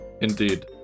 Indeed